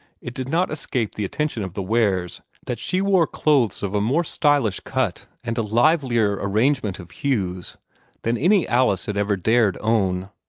it did not escape the attention of the wares that she wore clothes of a more stylish cut and a livelier arrangement of hues than any alice had ever dared own,